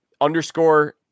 underscore